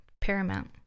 paramount